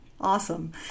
awesome